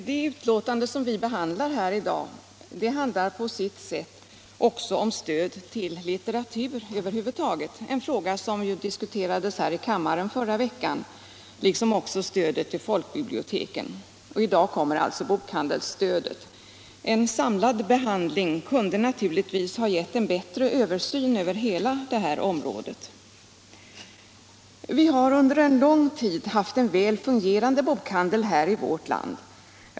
Herr talman! Detta betänkande handlar på sitt sätt om stöd till litteratur över huvud taget, en fråga som diskuterades här i kammaren i förra veckan, då vi också behandlade stödet till folkbiblioteken. I dag kommer alltså bokhandelsstödet. En samlad behandling kunde naturligtvis ha gett en bättre överblick över hela detta område. Vi har under en lång tid haft en väl fungerande bokhandel i vårt land.